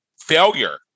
Failure